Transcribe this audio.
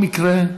בכל מקרה,